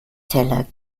teller